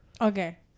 Okay